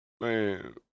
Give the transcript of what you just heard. Man